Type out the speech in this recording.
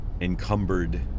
encumbered